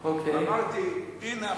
ואמרתי: הנה,